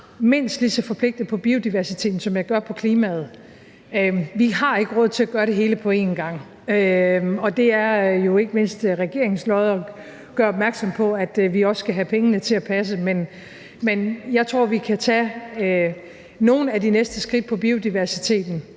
mindst lige så forpligtet på biodiversiteten, som jeg gør på klimaet. Vi har ikke råd til at gøre det hele på en gang, og det er jo ikke mindst regeringens lod at gøre opmærksom på, at vi også skal have pengene til at passe. Men jeg tror, vi kan tage nogle af de næste skridt på biodiversitetsområdet,